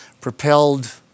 propelled